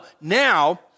now